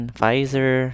Pfizer